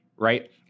Right